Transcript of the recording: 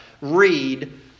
read